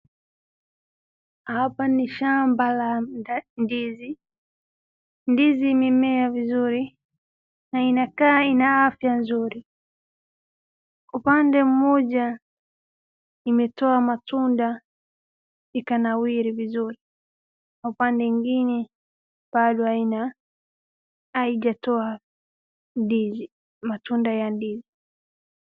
Hapa ni shamba la ndizi. Ndizi imemea vizuri na inakaa ina afya vizuri. Upande mmoja ime toa matunda ikanawiri vizuri na upande mwingine bado haijatoa matunda ya ndizi.